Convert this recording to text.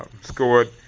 scored